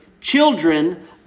children